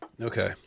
Okay